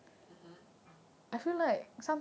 (uh huh)